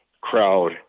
crowd